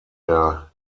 der